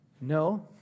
No